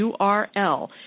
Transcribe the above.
URL